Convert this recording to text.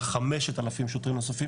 על 5,000 שוטרים נוספים.